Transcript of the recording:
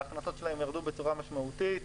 ההכנסות שלהם ירדו בצורה משמעותית,